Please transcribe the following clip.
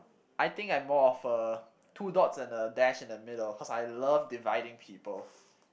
I think I'm more of a two dots and a dash in the middle cause I love dividing people